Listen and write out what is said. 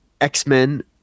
X-Men